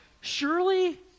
surely